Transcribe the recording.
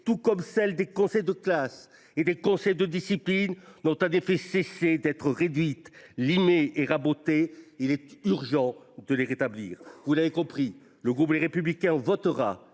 tout comme celles des conseils de classe et des conseils de discipline, n’ont en effet cessé d’être réduites, limées et rabotées : il est urgent de les rétablir. Vous l’avez compris, mes chers collègues, le groupe Les Républicains votera